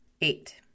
eight